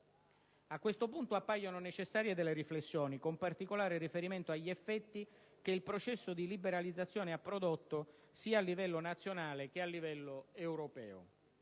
A questo punto, appaiono necessarie delle riflessioni, con particolare riferimento agli effetti che il processo di liberalizzazione ha prodotto sia a livello nazionale che a livello europeo.